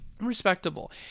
Respectable